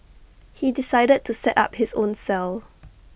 he decided to set up his own cell